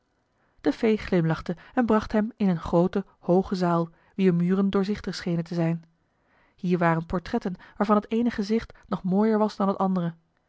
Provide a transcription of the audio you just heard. de fee glimlachte en bracht hem in een groote hooge zaal wier muren doorzichtig schenen te zijn hier waren portretten waarvan het eene gezicht nog mooier was dan het andere